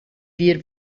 wir